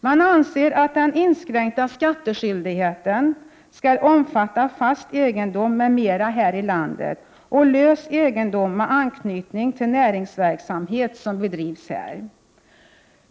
Man anser att den inskränkta skattskyldigheten skall omfatta fast egendom m.m. här i landet och lös egendom med anknytning till näringsverksamhet som bedrivs här.